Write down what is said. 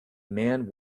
man